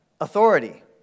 authority